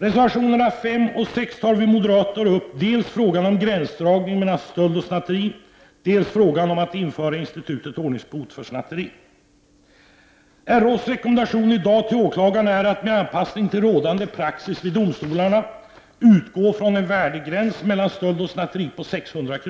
I reservationerna 5 och 6 tar vi moderater upp dels frågan om gränsdragningen mellan stöld och snatteri, dels frågan om att införa institutet ordningsbot vid snatteri. RÅ:s rekommendation i dag till åklagarna är att med anpassning till rådande praxis vid domstolarna utgå från en värdegräns mellan stöld och snatteri på 600 kr.